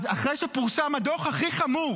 אז אחרי שפורסם הדוח הכי חמור